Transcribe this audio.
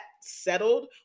settled